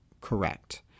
correct